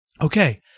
Okay